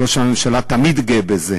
וראש הממשלה תמיד גאה בזה,